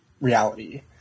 reality